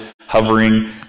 hovering